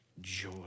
joy